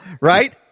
right